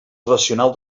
racional